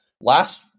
last